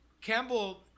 Campbell